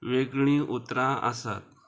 वेगळीं उतरां आसात